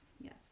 yes